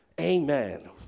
Amen